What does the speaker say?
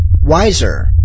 wiser